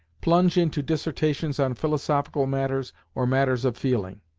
plunge into dissertations on philosophical matters or matters of feeling.